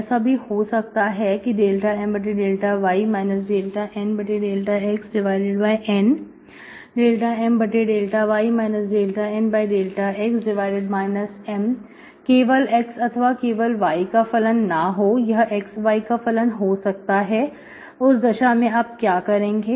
ऐसा भी हो सकता है कि ∂M∂y ∂N∂xN ∂M∂y ∂N∂x M केवल x अथवा केवल y का फलन ना हो यह xy का फलन हो सकता है उस दशा में आप क्या करेंगे